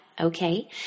okay